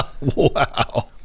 Wow